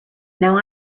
now